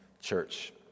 church